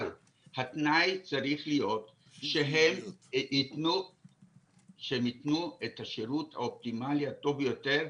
אבל התנאי צריך להיות שהן ייתנו את השירות האופטימלי הטוב ביותר,